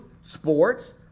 sports